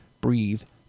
breathe